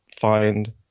find